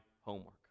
homework